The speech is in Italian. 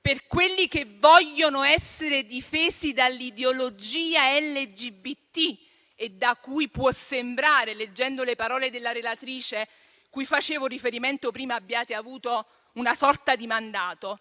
per quelli che vogliono essere difesi dall'ideologia LGBT e da cui può sembrare, leggendo le parole della relatrice cui facevo riferimento prima, abbiate avuto una sorta di mandato,